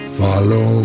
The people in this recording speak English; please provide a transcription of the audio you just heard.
follow